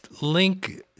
link –